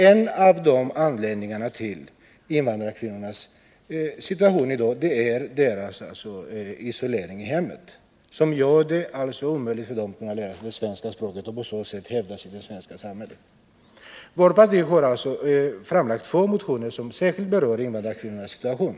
En av anledningarna till invandrarkvinnornas situation i dag är deras isolering i hemmen, vilket gör det omöjligt för dem att lära sig det svenska språket — för att därigenom kunna hävda sig i det svenska samhället. Vårt parti har framlagt två motioner som särskilt berör invandrarkvinnornas situation.